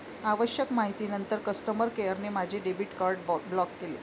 आवश्यक माहितीनंतर कस्टमर केअरने माझे डेबिट कार्ड ब्लॉक केले